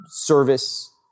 service